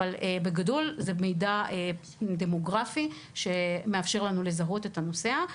אבל בגדול זה מידע דמוגרפי שמאפשר לנו לזהות את הנוסע,